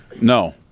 No